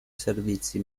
servizi